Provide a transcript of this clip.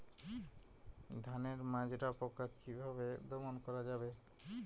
ধানের মাজরা পোকা কি ভাবে দমন করা যাবে?